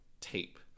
tape